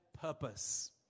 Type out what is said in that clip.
purpose